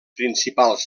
principals